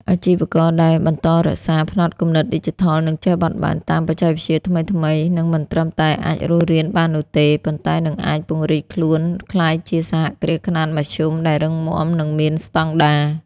អាជីវករដែលបន្តរក្សា ផ្នត់គំនិតឌីជីថល និងចេះបត់បែនតាមបច្ចេកវិទ្យាថ្មីៗ នឹងមិនត្រឹមតែអាចរស់រានបាននោះទេ ប៉ុន្តែនឹងអាចពង្រីកខ្លួនក្លាយជា សហគ្រាសខ្នាតមធ្យម ដែលរឹងមាំ និងមានស្តង់ដារ។